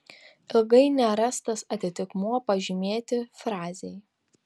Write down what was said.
ilgai nerastas atitikmuo pažymėti frazei